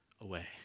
away